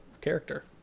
character